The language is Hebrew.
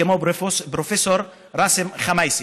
כמו פרופ' ראסם ח'מאיסי,